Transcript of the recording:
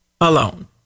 Alone